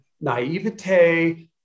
naivete